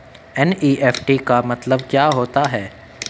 NEFT का मतलब क्या होता है?